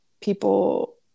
people